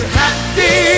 happy